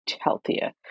healthier